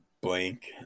blank